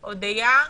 אודיה,